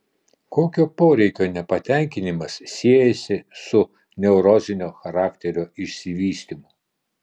kokio poreikio nepatenkinimas siejasi su neurozinio charakterio išsivystymu